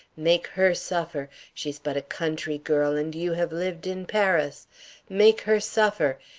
make her suffer she's but a country girl, and you have lived in paris make her suffer,